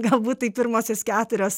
galbūt tai pirmosios keturios